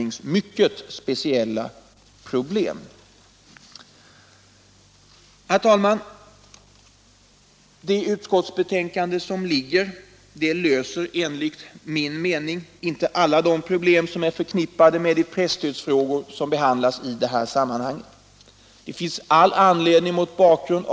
Jag kan inte se någon anledning till varför dessa människor bara därför att de är många skall behöva ta på sig större kostnader för opinionsbildningen än mindre grupper.